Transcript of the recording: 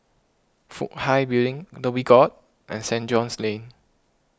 Fook Hai Building Dhoby Ghaut and Saint George's Lane